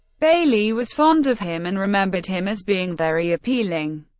bailey was fond of him and remembered him as being very appealing.